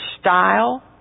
style